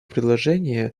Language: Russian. предложения